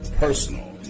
personal